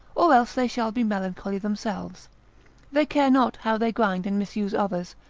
or else they shall be melancholy themselves they care not how they grind and misuse others,